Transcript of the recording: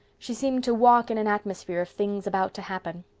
she seemed to walk in an atmosphere of things about to happen.